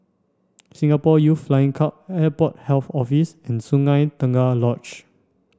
Singapore Youth Flying Club Airport Health Office and Sungei Tengah Lodge